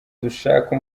dushaka